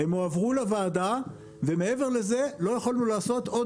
הם הועברו לוועדה ומעבר לזה לא יכולנו לעשות עוד